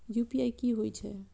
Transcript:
UPI की होई छै?